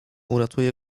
uratuje